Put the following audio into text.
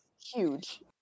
huge